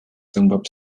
tõmbab